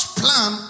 plan